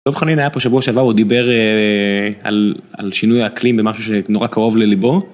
דב חנין היה פה שבוע שבוע, הוא דיבר על שינוי האקלים במשהו שנורא קרוב לליבו.